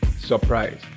surprise